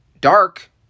dark